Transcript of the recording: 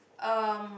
um